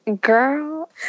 Girl